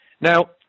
Now